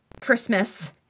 Christmas